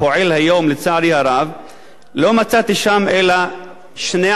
לצערי הרב לא מצאתי שם אלא שני ערבים.